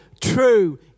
true